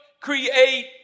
create